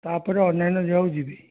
ତାପରେ ଅନ୍ୟାନ ଜାଗାକୁ ଯିବି